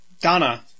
Donna